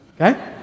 Okay